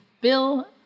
Bill